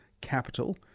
capital